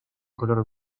color